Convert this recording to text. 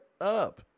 up